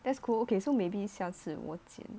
that's cool okay so maybe 下次我剪